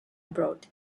abroad